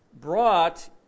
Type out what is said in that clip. brought